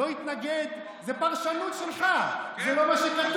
לא התנגד, זו פרשנות שלך, זה לא מה שכתוב.